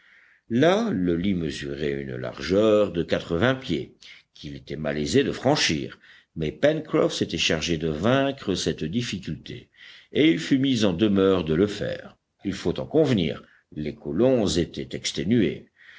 là le lit mesurait une largeur de quatre-vingts pieds qu'il était malaisé de franchir mais pencroff s'était chargé de vaincre cette difficulté et il fut mis en demeure de le faire il faut en convenir les colons étaient exténués